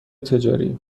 تجاری